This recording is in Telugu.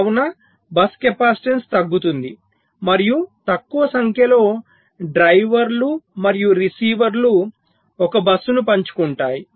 కావున బస్ కెపాసిటెన్స్ తగ్గుతుంది మరియు తక్కువ సంఖ్యలో డ్రైవర్లు మరియు రిసీవర్లు 1 బస్సును పంచుకుంటాయి